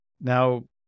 Now